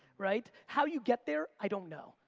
right? how you get there, i don't know.